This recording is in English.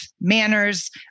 manners